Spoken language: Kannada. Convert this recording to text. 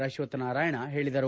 ಅಶ್ವಕ್ಥನಾರಾಯಣ ಹೇಳಿದರು